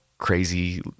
crazy